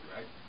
Right